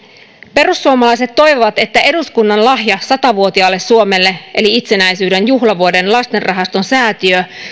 perussuomalaiset toivovat että eduskunnan lahja sata vuotiaalle suomelle eli itsenäisyyden juhlavuoden lastenrahaston säätiö